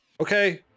Okay